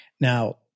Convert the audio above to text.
Now